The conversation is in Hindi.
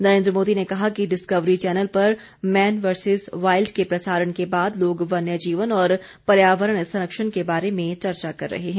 नरेन्द्र मोदी ने कहा कि डिस्कवरी चैनल पर मैन वर्सिस वाइल्ड के प्रसारण के बाद लोग वन्यजीवन और पर्यावरण संरक्षण के बारे में चर्चा कर रहे हैं